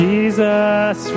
Jesus